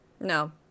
no